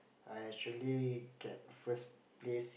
I actually get first place